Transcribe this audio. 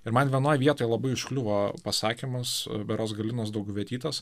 ir man vienoj vietoj labai užkliuvo pasakymas berods galinos dauguvietytės